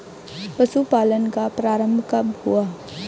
पशुपालन का प्रारंभ कब हुआ?